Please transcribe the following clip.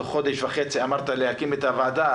תוך חודש וחצי אמרת להקים את הוועדה,